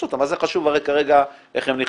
מה זה חשוב כרגע איך הם נכנסים,